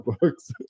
books